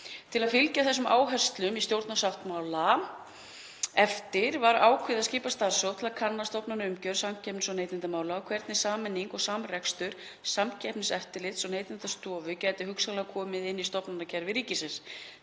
Til að fylgja þessum áherslum í stjórnarsáttmála eftir var ákveðið að skipa starfshóp til að kanna stofnanaumgjörð samkeppnis- og neytendamála og hvernig sameining og samrekstur Samkeppniseftirlits og Neytendastofu gæti hugsanlega komið inn í stofnanakerfi ríkisins,